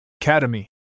Academy